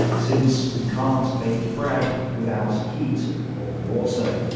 since you can't bake bread without heat or water.